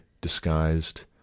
disguised